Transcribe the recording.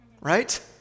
right